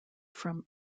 from